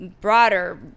broader